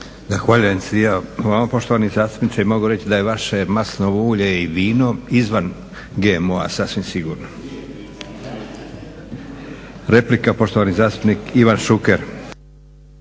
Zahvaljujem se i vama poštovani zastupniče i mogu reći da je vaše maslinovo ulje i vino izvan GMO-a sasvim sigurno. Replika, poštovani zastupnik Ivan Šuker.